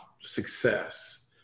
success